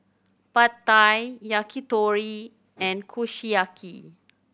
Pad Thai Yakitori and Kushiyaki